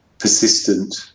persistent